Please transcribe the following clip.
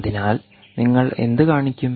അതിനാൽ നിങ്ങൾ എന്ത് കാണിക്കും